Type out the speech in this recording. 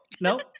no